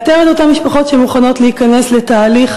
לאתר את אותן משפחות שמוכנות להיכנס לתהליך